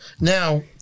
now